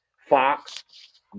Fox